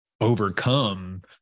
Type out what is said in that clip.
overcome